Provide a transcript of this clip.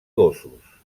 gossos